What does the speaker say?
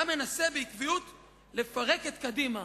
אתה מנסה בעקביות לפרק את קדימה,